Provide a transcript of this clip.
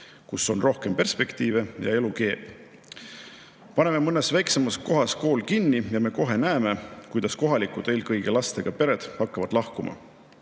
kus on rohkem perspektiivi ja elu keeb. Paneme mõnes väiksemas kohas kooli kinni, ja me kohe näeme, kuidas kohalikud, eelkõige lastega pered hakkavad lahkuma.